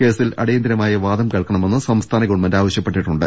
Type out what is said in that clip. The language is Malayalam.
കേസിൽ അടിയന്തിരമായി വാദം കേൾക്കണമെന്ന് സംസ്ഥാന ഗവൺമെന്റ് ആവശ്യപ്പെട്ടിട്ടുണ്ട്